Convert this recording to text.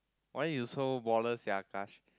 why you so baller sia Akash